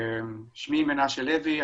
שמי מנשה לוי,